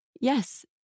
Yes